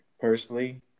Personally